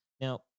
Now